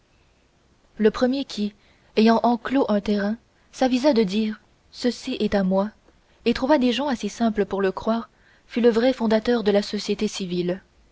le premier qui ayant enclos un terrain s'avisa de dire ceci est à moi et trouva des gens assez simples pour le croire fut le vrai fondateur de la société civile